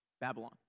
Babylon